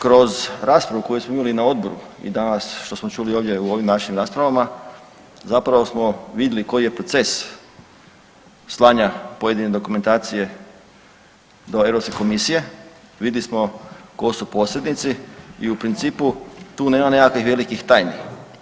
Kroz raspravu koju smo imali na odboru i danas što smo čuli ovdje u ovim našim raspravama zapravo smo vidjeli koji je proces slanja pojedine dokumentacije do Europske komisije, vidli smo tko su posrednici i u principu tu nema nekakvih velikih tajni.